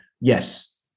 yes